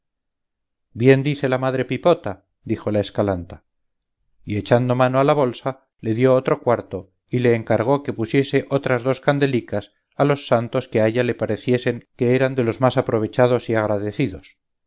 bien dice la madre pipota dijo la escalanta y echando mano a la bolsa le dio otro cuarto y le encargó que pusiese otras dos candelicas a los santos que a ella le pareciesen que eran de los más aprovechados y agradecidos